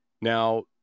Now